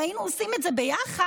אם היינו עושים את זה ביחד,